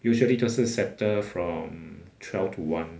usually 都是 settle from um twelve to one